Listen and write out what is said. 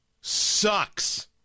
sucks